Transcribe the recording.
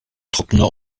trockener